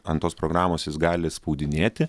ant tos programos jis gali spaudinėti